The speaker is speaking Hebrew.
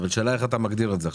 השאלה איך אתה מגדיר את זה.